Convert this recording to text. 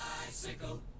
Bicycle